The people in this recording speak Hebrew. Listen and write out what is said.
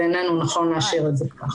בעינינו נכון להשאיר את זה כך.